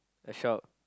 a shop